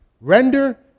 Render